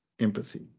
empathy